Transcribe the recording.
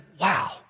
wow